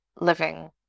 living